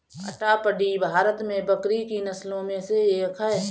अट्टापडी भारत में बकरी की नस्लों में से एक है